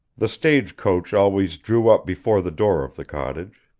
the stage-coach always drew up before the door of the cottage.